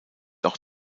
auch